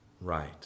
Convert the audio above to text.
right